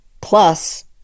plus